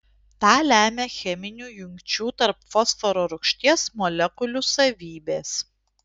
tą lemia cheminių jungčių tarp fosforo rūgšties molekulių savybės